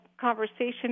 conversation